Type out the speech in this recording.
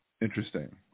Interesting